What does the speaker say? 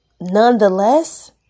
nonetheless